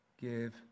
give